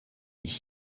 ich